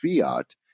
fiat